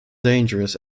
dangerous